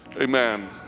Amen